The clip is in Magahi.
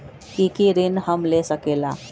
की की ऋण हम ले सकेला?